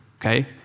okay